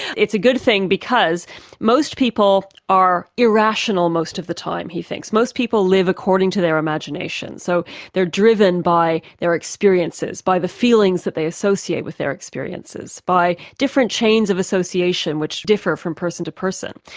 it's a good thing because most people are irrational most of the time, he thinks. most people live according to their imagination. so they're driven by their experiences, by the feelings that they associate with their experiences, by different chains of association which differ from person to person.